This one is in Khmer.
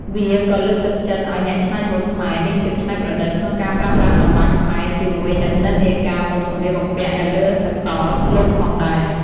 វាក៏លើកទឹកចិត្តឱ្យអ្នកច្នៃម៉ូដខ្មែរមានភាពច្នៃប្រឌិតក្នុងការប្រើប្រាស់តម្បាញខ្មែរជាមួយនឹងនិន្នាការម៉ូដសម្លៀកបំពាក់់នៅលើសកលលោកផងដែរ។